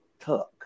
Tuck